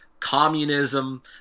communism